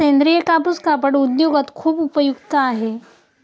सेंद्रीय कापूस कापड उद्योगात खूप उपयुक्त आहे